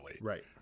Right